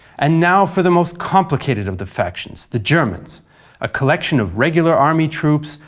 and now for the most complicated of the factions, the germans a collection of regular army troops,